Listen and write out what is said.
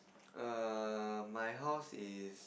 um my house is